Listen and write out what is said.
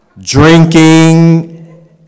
Drinking